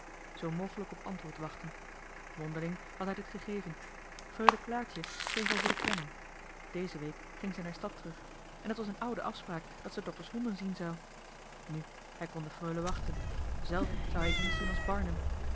mogelijk op antwoord wachten mondeling had hij dit gegeven freule claartje schreef over den kennel deze week ging ze naar stad terug en het was een oude afspraak dat ze dokter's honden zien zou nu hij kon de freule wachten zelf zou hij dienst doen als